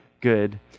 good